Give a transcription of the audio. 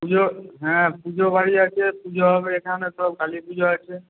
পুজো হ্যাঁ পুজো বাড়ি আছে পুজো হবে এখানে সব কালী পুজো আছে